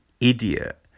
idiot